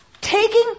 Taking